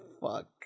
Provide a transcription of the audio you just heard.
fuck